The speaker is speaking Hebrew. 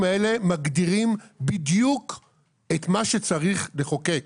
האלה מגדירים בדיוק את מה שצריך לחוקק.